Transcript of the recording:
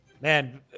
Man